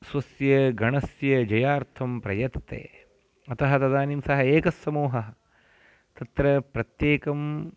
स्वस्य गणस्य जयार्थं प्रयतते अतः तदानीं सः एकस्समूहः तत्र प्रत्येकं